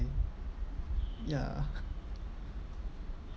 ~gh ya